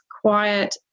quiet